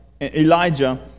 Elijah